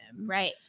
right